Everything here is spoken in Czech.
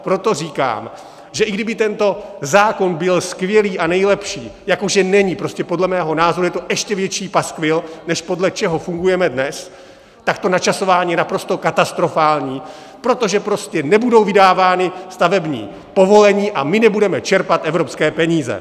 Proto říkám, že i kdyby tento zákon byl skvělý a nejlepší jako že není, podle mého názoru je to ještě větší paskvil, než podle čeho fungujeme dnes tak to načasování je naprosto katastrofální, protože nebudou vydávána stavební povolení a my nebudeme čerpat evropské peníze.